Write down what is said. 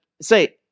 say